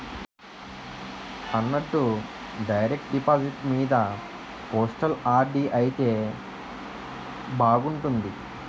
అన్నట్టు direct deposit మీద postal RD అయితే బాగున్నట్టుంది